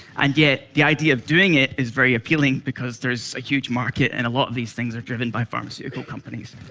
and yet the idea of doing it is very appealing because there's a huge market and a lot of these things are driven by pharmaceutical companies.